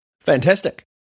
Fantastic